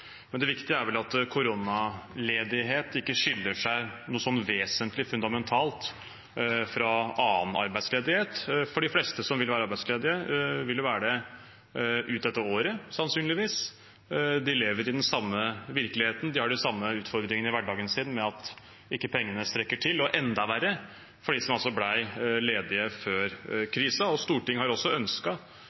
Men det viktige er vel at koronaledighet ikke skiller seg noe vesentlig og fundamentalt fra annen arbeidsledighet, for de fleste som vil være arbeidsledige, vil være det ut dette året, sannsynligvis. De lever i den samme virkeligheten, de har de samme utfordringene i hverdagen med at pengene ikke strekker til – enda verre for dem som ble ledige før krisen. Stortinget har også